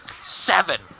Seven